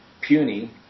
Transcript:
puny